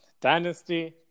Dynasty